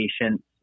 patients